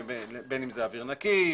בין אם זה אוויר נקי,